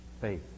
faith